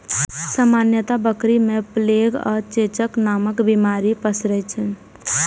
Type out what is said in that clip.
सामान्यतः बकरी मे प्लेग आ चेचक नामक बीमारी पसरै छै